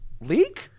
leak